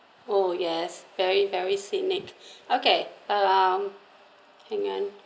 oh yes very very scenic okay um hang on